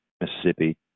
Mississippi